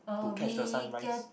to catch the sunrise